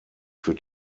für